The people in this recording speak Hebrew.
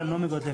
כן, כן.